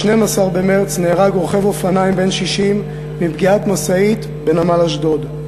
ב-12 במרס נהרג רוכב אופניים בן 60 מפגיעת משאית בנמל אשדוד.